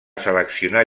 seleccionar